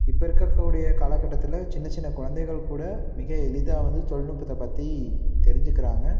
இப்போ இருக்கக்கூடிய காலகட்டத்தில் சின்ன சின்ன குழந்தைகள் கூட மிக எளிதாக வந்து தொழில்நுட்பத்தை பற்றி தெரிஞ்சிக்கிறாங்க